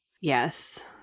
Yes